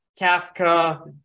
Kafka